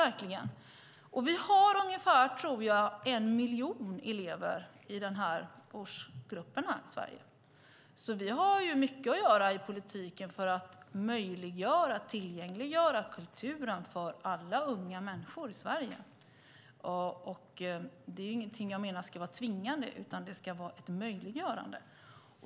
Vi har ungefär en miljon elever i dessa årsgrupper i Sverige. Vi har alltså mycket att göra i politiken för att tillgängliggöra kulturen för alla unga människor i Sverige. Jag menar inte att detta ska vara tvingande, men vi ska möjliggöra det.